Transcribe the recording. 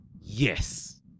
yes